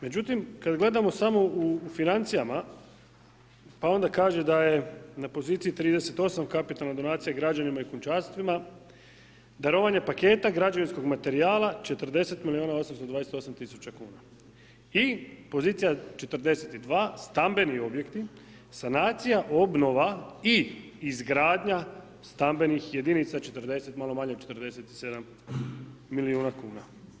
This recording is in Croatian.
Međutim kad gledamo samo u financijama pa onda kaže da je na poziciji 38 kapitalna donacija građanima i kućanstvima darovanje paketa građevinskog materijala 40 milijuna 828 000 kuna. i pozicija 42 stambeni objekti sanacija, obnova i izgradnja stambenih jedinica malo manje od 47 milijuna kuna.